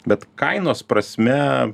bet kainos prasme